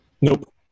Nope